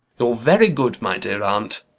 you're very good, my dear aunt!